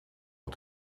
het